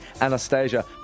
Anastasia